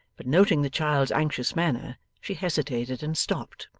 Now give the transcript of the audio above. but noting the child's anxious manner she hesitated and stopped.